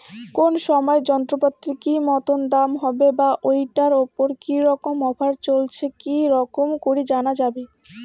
কোন সময় যন্ত্রপাতির কি মতন দাম হবে বা ঐটার উপর কি রকম অফার চলছে কি রকম করি জানা যাবে?